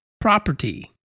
property